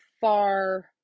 far